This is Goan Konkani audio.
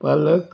पालक